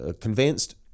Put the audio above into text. convinced